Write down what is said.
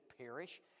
perish